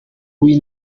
w’i